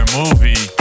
movie